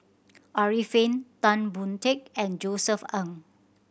Arifin Tan Boon Teik and Josef Ng